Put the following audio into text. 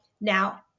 Now